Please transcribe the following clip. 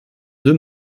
deux